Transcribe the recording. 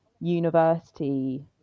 university